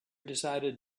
decided